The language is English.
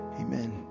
Amen